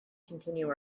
continue